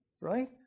right